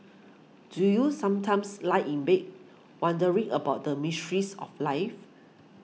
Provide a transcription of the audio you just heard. do you sometimes lie in bed wondering about the mysteries of life